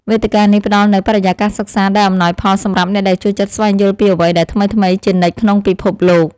វេទិកានេះផ្តល់នូវបរិយាកាសសិក្សាដែលអំណោយផលសម្រាប់អ្នកដែលចូលចិត្តស្វែងយល់ពីអ្វីដែលថ្មីៗជានិច្ចក្នុងពិភពលោក។